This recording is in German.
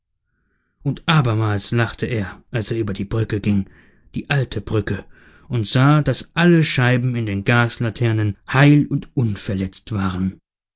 und abermals lachte er als er über die brücke ging die alte brücke und sah daß alle scheiben in den gaslaternen heil und unverletzt waren